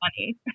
money